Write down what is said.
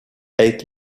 eight